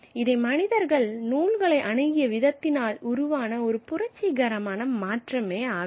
இதை மனிதர்கள் நூல்களை அணுகிய விதத்தினால் உருவான ஒரு புரட்சிகரமான மாற்றமே ஆகும்